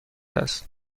است